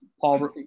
Paul